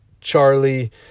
Charlie